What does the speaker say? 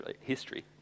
History